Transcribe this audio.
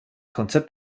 konzept